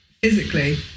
physically